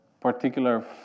particular